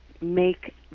make